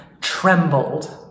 trembled